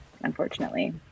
unfortunately